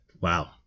Wow